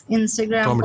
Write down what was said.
Instagram